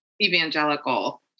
evangelical